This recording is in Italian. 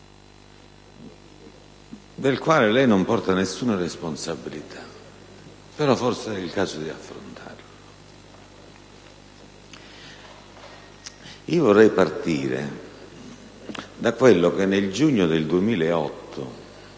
del quale lei non porta nessuna responsabilità, che però forse è il caso di affrontare. Vorrei partire da quello che nel giugno del 2008